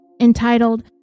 entitled